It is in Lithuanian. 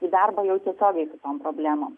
į darbą jau tiesiogiai kitom problemom